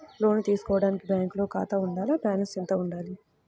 లోను తీసుకోవడానికి బ్యాంకులో ఖాతా ఉండాల? బాలన్స్ ఎంత వుండాలి?